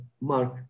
Mark